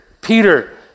Peter